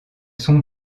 son